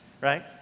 right